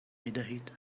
میدهید